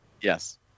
Yes